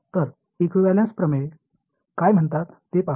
तर इक्विव्हॅलेंस प्रमेय काय म्हणतात ते पाहू